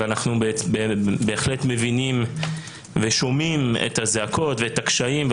אנחנו מבינים ושומעים את הזעקות ואת הקשיים,